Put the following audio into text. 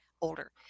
older